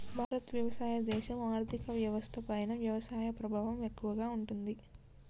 భారత్ వ్యవసాయ దేశం, ఆర్థిక వ్యవస్థ పైన వ్యవసాయ ప్రభావం ఎక్కువగా ఉంటది